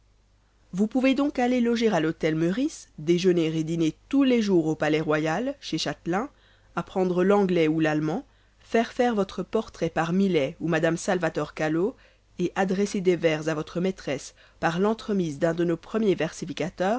vous pouvez donc aller loger à l'hôtel meurice déjeûner et dîner tous les jours au palais-royal chez châtelin apprendre l'anglais ou l'allemand faire faire votre portrait par millet ou madame salvator callaut et adresser des vers à votre maîtresse par l'entremise d'un de nos premiers